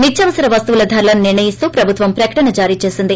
నిత్యవసర వస్తువుల ధరలను నిర్ణయిస్తూ ప్రభుత్వం ప్రకటన జారీ చేసింది